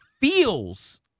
feels